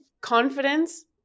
confidence